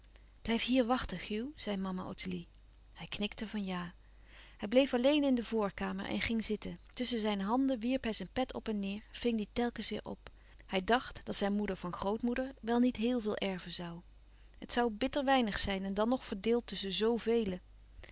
blijf hier wachten hugh zei mama ottilie hij knikte van ja hij bleef alleen in de voorkamer en ging zitten tusschen zijn handen wierp hij zijn pet op en neêr ving die telkens weêr op hij dacht dat zijn moeder van grootmoeder wel niet heel veel erven zoû het zoû bitter weinig zijn en dan nog verdeeld tusschen